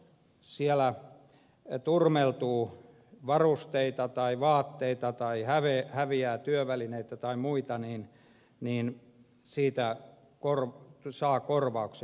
ja jos siellä turmeltuu varusteita tai vaatteita tai häviää työvälineitä tai muita niin siitä saa korvauksen